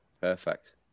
Perfect